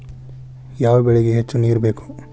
ಯಾವ ಬೆಳಿಗೆ ಹೆಚ್ಚು ನೇರು ಬೇಕು?